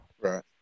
Right